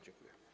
Dziękuję.